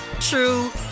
true